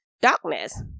Darkness